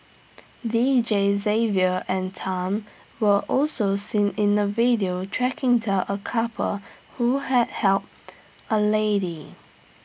Deejays Xavier and Tan were also seen in A video tracking down A couple who had helped A lady